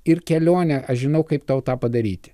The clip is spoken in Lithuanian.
ir kelionę aš žinau kaip tau tą padaryti